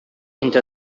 into